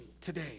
today